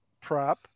prep